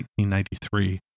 1993